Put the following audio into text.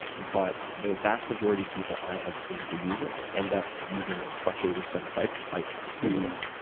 but the vast majority of people i have seen who use it end up using crutches of some type like stimulants.